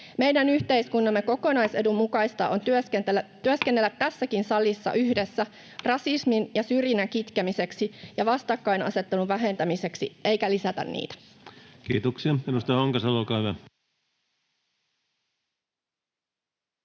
Meidän yhteiskuntamme kokonaisedun mukaista on työskennellä tässäkin salissa yhdessä rasismin ja syrjinnän kitkemiseksi ja vastakkainasettelun vähentämiseksi eikä lisätä niitä. [Speech